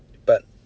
but